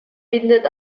bindet